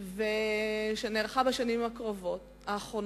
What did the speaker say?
שנערכה בשנים האחרונות,